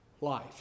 life